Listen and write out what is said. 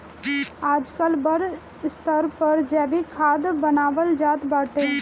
आजकल बड़ स्तर पर जैविक खाद बानवल जात बाटे